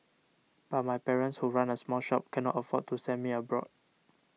but my parents who run a small shop cannot afford to send me abroad